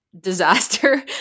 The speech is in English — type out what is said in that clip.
disaster